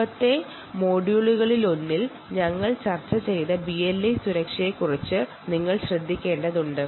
മുമ്പ് ഞങ്ങൾ ചർച്ച ചെയ്ത BLE മൊഡ്യൂളുകളിലൊന്നിൽ സുരക്ഷയെക്കുറിച്ച് നിങ്ങൾ ശ്രദ്ധിക്കേണ്ടതുണ്ട്